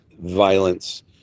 violence